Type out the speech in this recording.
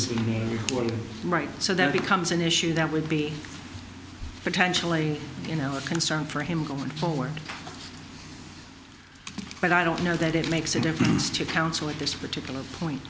one right so that becomes an issue that would be potentially you know a concern for him going forward but i don't know that it makes a difference to counsel at this particular point